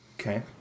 Okay